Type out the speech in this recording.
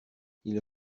ils